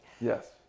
Yes